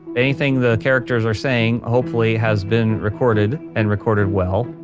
anything the characters are saying hopefully has been recorded and recorded well.